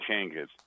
changes